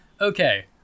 okay